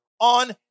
on